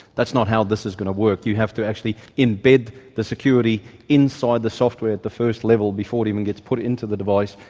that's not how this is going to work. you have to actually embed the security inside the software at the first level before it even gets put in to the device,